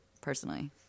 personally